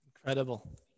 Incredible